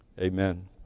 Amen